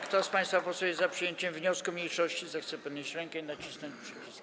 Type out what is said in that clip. Kto z państwa posłów jest za przyjęciem wniosku mniejszości, zechce podnieść rękę i nacisnąć przycisk.